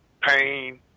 pain